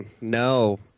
No